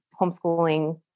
homeschooling